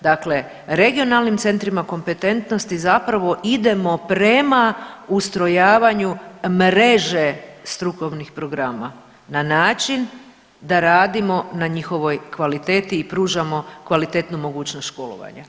Dakle, regionalnim centrima kompetentnosti zapravo idemo prema ustrojavanju mreže strukovnih programa na način da radimo na njihovoj kvaliteti i pružamo kvalitetnu mogućnost školovanja.